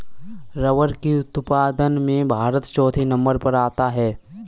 rubber के उत्पादन में भारत चौथे नंबर पर आता है